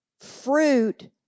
fruit